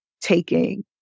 taking